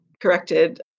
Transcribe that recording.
corrected